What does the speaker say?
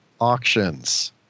auctions